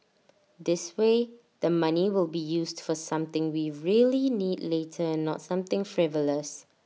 this way the money will be used for something we really need later and not something frivolous